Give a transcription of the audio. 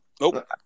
Nope